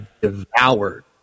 devoured